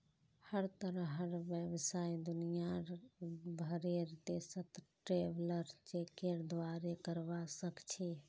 हर तरहर व्यवसाय दुनियार भरेर देशत ट्रैवलर चेकेर द्वारे करवा सख छि